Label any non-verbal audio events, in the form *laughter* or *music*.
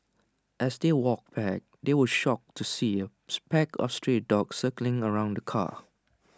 as they walked back they were shocked to see A *noise* pack of stray dogs circling around the car